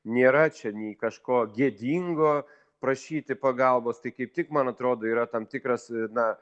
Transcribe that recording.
nėra čia nei kažko gėdingo prašyti pagalbos tai kaip tik man atrodo yra tam tikras na